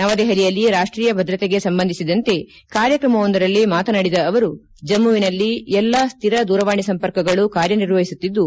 ನವದೆಹಲಿಯಲ್ಲಿ ರಾಷ್ಟೀಯ ಭದ್ರತೆಗೆ ಸಂಬಂಧಿಸಿದಂತೆ ಕಾರ್ಯಕ್ರಮವೊಂದರಲ್ಲಿ ಮಾತನಾಡಿದ ಅವರು ಜಮ್ಮುವಿನಲ್ಲಿ ಎಲ್ಲಾ ಸ್ಥಿರ ದೂರವಾಣಿ ಸಂಪರ್ಕಗಳು ಕಾರ್ಯನಿರ್ವಹಿಸುತ್ತಿದ್ದು